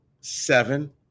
seven